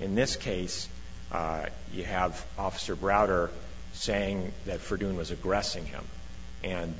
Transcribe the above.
in this case you have officer browder saying that for doing was aggressing him and